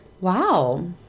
Wow